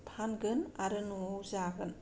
फानगोन आरो न'आव जागोन